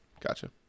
Gotcha